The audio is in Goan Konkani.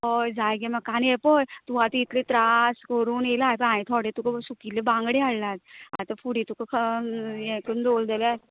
हय जाय गे म्हाका आनी हे पळय तूं आतां इतले त्रास करून येला येपय हांवे थोडे तुका सुकिल्ले बांगडे हाडल्यात आतां फुडें तुका हें करून दवरलें जाल्यार